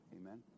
Amen